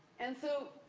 and, so,